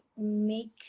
make